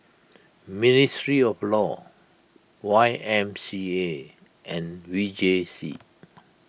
ministry of law Y M C A and V J C